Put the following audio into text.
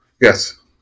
Yes